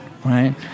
Right